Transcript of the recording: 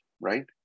right